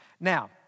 Now